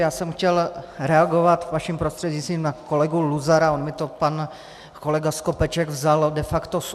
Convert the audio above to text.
Já jsem chtěl reagovat vaším prostřednictvím na kolegu Luzara, on mi to pan kolega Skopeček vzal de facto z úst.